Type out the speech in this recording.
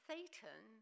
Satan